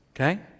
okay